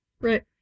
Right